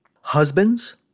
husbands